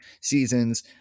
seasons